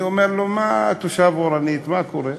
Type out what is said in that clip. אני אומר לו: מה תושב אורנית, מה קורה?